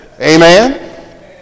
amen